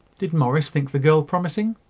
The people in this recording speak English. did morris think the girl promising?